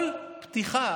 כל פתיחה,